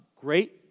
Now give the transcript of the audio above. great